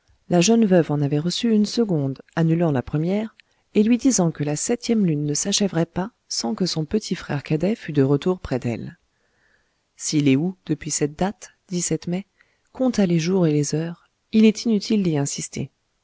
la jeune veuve en avait reçu une seconde annulant la première et lui disant que la septième lune ne s'achèverait pas sans que son petit frère cadet fût de retour près d'elle si lé ou depuis cette date mai compta les jours et les heures il est inutile d'y insister